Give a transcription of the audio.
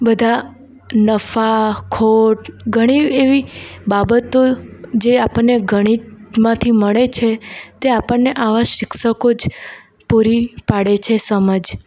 બધા નફા ખોટ ઘણી એવી બાબતો જે આપણને ગણિતમાંથી મળે છે તે આપણને આવા શિક્ષકો જ પૂરી પાડે છે સમજ